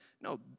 no